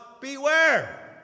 beware